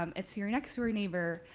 um it's your next door neighbor,